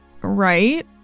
right